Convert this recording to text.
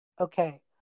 Okay